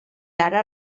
ara